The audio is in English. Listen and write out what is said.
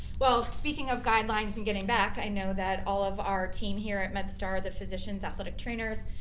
well, speaking of guidelines and getting back i know that all of our team here at medstar, the physicians, athletic trainers,